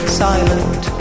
silent